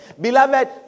Beloved